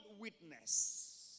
witness